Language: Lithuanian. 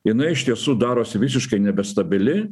jinai iš tiesų darosi visiškai nebestabili